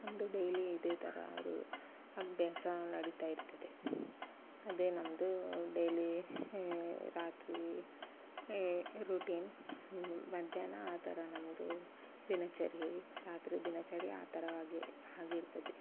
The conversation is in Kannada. ನಮ್ಮದು ಡೈಲಿ ಇದೇ ಥರ ರು ಅಭ್ಯಾಸ ನಡೀತಾ ಇರ್ತದೆ ಅದೇ ನಮ್ಮದು ಡೈಲಿ ರಾತ್ರಿ ಏ ರುಟಿನ್ ಮಧ್ಯಾಹ್ನ ಆ ಥರ ನಮ್ಮದು ದಿನಚರಿ ರಾತ್ರಿ ದಿನಚರಿ ಆ ಥರವಾಗಿ ಹಾಗಿರ್ತದೆ